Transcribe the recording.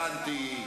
הבנתי.